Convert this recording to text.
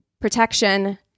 protection